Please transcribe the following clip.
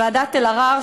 ועדת אלהרר,